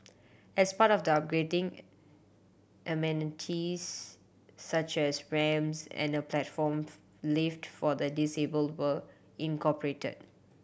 as part of the upgrading amenities such as ramps and a platform lift for the disabled were incorporated